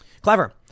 clever